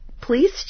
please